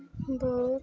ବହୁତ